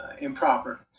improper